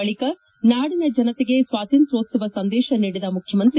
ಬಳಿಕ ನಾಡಿನ ಜನತೆಗೆ ಸ್ವಾತಂತ್ರ್ಯೋತ್ಸವ ಸಂದೇಶ ನೀಡಿದ ಮುಖ್ಯಮಂತ್ರಿ